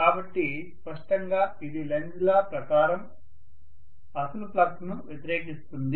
కాబట్టి స్పష్టంగా ఇది లెంజ్ లా Lenz's law ప్రకారం అసలు ఫ్లక్స్ను వ్యతిరేకిస్తుంది